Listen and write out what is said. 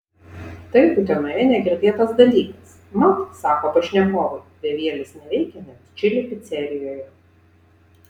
tai utenoje negirdėtas dalykas mat sako pašnekovai bevielis neveikia net čili picerijoje